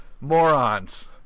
morons